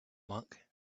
monk